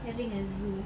having a zoo